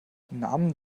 namen